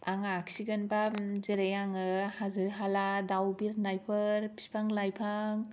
आं आखिगोनबा जेरै आङो हाजो हाला दाउ बिरनायफोर बिफां लायफां